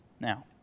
now